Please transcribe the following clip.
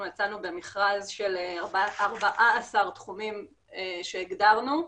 יצאנו במכרז של 14 תחומים שהגדרנו,